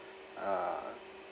uh